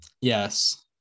Yes